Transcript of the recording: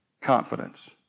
Confidence